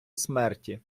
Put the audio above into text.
смерті